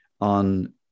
on